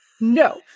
No